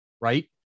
right